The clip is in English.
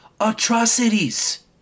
atrocities